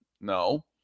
no